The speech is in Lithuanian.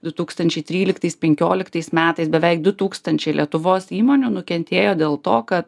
du tūkstančiai tryliktais penkioliktais metais beveik du tūkstančiai lietuvos įmonių nukentėjo dėl to kad